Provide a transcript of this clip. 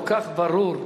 נא לא להפריע.